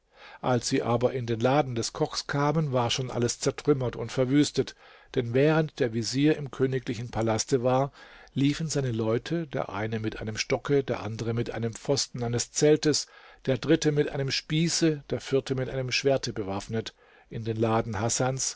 als sie aber in den laden des kochs kamen war schon alles zertrümmert und verwüstet denn während der vezier im königlichen palaste war liefen seine leute der eine mit einem stocke der andere mit einem pfosten eines zeltes der dritte mit einem spieße der vierte mit einem schwerte bewaffnet in den laden hasans